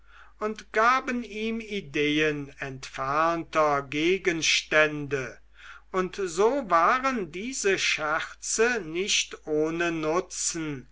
und gaben ihm ideen entfernter gegenstände und so waren diese scherze nicht ohne nutzen